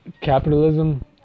capitalism